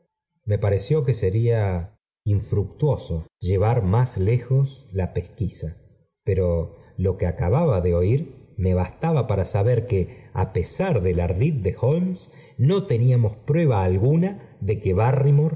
me pareció que sería infructuoso llevar más lejob la pesquisa pero lo que acababa de oir me bastaba para saber que á pesar del ardid de holmes no teníamos prueba alguna de que